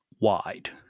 wide